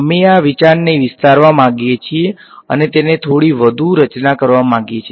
અમે આ વિચારને વિસ્તારવા માંગીએ છીએ અને તેને થોડી વધુ રચના કરવા માંગીએ છીએ